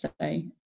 say